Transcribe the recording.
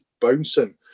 bouncing